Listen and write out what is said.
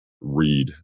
read